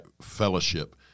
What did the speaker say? fellowship